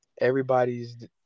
everybody's